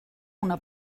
una